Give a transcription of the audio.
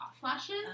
flashes